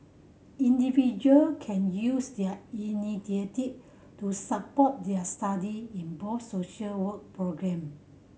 individual can use their initiative to support their study in both social work programme